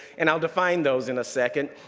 and i'll define those in a second.